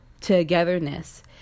togetherness